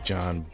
John